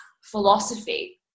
philosophy